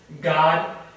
God